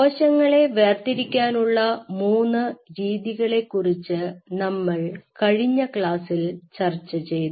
കോശങ്ങളെ വേർതിരിക്കാനുള്ള മൂന്ന് രീതികളെക്കുറിച്ച് നമ്മൾ കഴിഞ്ഞ ക്ലാസ്സിൽ ചർച്ച ചെയ്തു